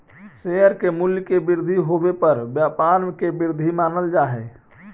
share के मूल्य के वृद्धि होवे पर व्यापार के वृद्धि मानल जा हइ